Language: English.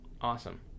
Awesome